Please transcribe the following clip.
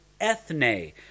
Ethne